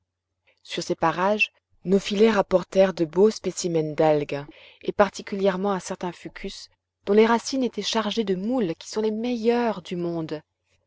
sur ces parages nos filets rapportèrent de beaux spécimens d'algues et particulièrement un certain fucus dont les racines étaient chargées de moules qui sont les meilleures du monde